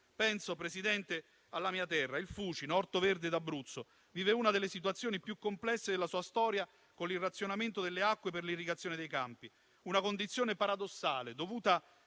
signor Presidente, alla mia terra, il Fucino, orto verde d'Abruzzo, che vive una delle situazioni più complesse della sua storia, con il razionamento delle acque per l'irrigazione dei campi. Una condizione paradossale dovuta a